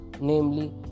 namely